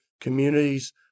communities